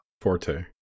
forte